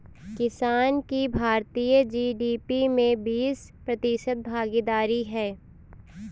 किसान की भारतीय जी.डी.पी में बीस प्रतिशत भागीदारी है